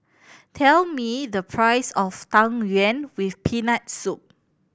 tell me the price of Tang Yuen with Peanut Soup